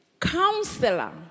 counselor